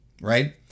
right